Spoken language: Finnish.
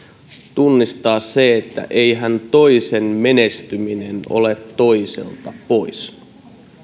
tunnistaa se että eihän toisen menestyminen ole toiselta pois